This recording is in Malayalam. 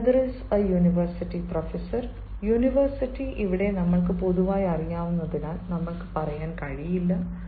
my brother is a university professor My brother is a University Professor university ഇവിടെ നമ്മൾക്ക് പൊതുവായി അറിയാവുന്നതിനാൽ നമ്മൾക്ക് പറയാൻ കഴിയില്ല